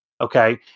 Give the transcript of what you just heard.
okay